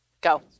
Go